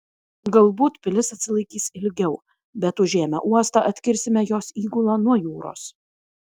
galbūt pilis atsilaikys ilgiau bet užėmę uostą atkirsime jos įgulą nuo jūros